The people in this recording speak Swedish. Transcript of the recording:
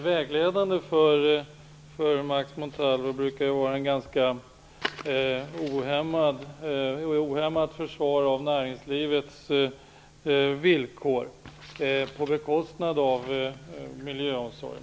Vägledande för Max Montalvo brukar vara ett ganska ohämmat försvar för näringslivets villkor, på bekostnad av miljöomsorgen.